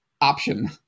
Option